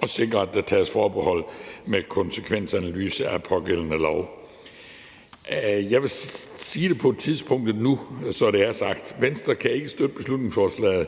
og sikrer, at der tages forbehold med en konsekvensanalyse af den pågældende lov. Jeg vil sige det nu på dette tidspunkt, så det er sagt: Venstre kan ikke støtte beslutningsforslaget.